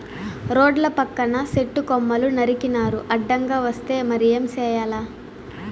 రోడ్ల పక్కన సెట్టు కొమ్మలు నరికినారు అడ్డంగా వస్తే మరి ఏం చేయాల